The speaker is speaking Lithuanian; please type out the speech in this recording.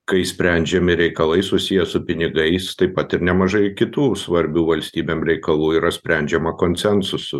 kai sprendžiami reikalai susiję su pinigais taip pat ir nemažai kitų svarbių valstybėm reikalų yra sprendžiama konsensusu